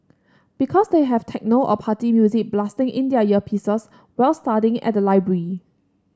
because they have techno or party music blasting in their earpieces while studying at the library